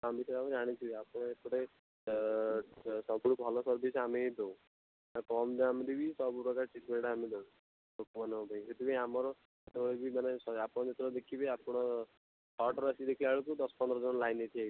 ଆମ ବିଷୟରେ ଜାଣିଥିବେ ଆପଣ ଏପଟେ ସବୁଠୁ ଭଲ ସର୍ଭିସ୍ ଆମେ ହିଁ ଦେଉ କମ୍ ଦାମ୍ରେ ବି ସବୁ ପ୍ରକାର ଟ୍ରିଟ୍ମେଣ୍ଟ୍ ଆମେ ଦେଉ ଲୋକମାନଙ୍କ ପାଇଁ ସେଥିପାଇଁ ଆମର କେତେବେଳେ ବି ଆମର ମାନେ ଆପଣ ଯେତେବେଳେ ଦେଖିବେ ଆପଣ ଛଅଟାରୁ ଆସି ଦେଖିଲାବେଳୁ ଦଶ ପନ୍ଦର ଜଣ ଲାଇନ୍ରେ ଠିଆ ହୋଇଥିବେ